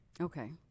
Okay